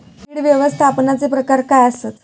कीड व्यवस्थापनाचे प्रकार काय आसत?